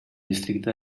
districte